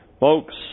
Folks